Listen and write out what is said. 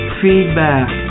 feedback